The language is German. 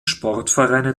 sportvereine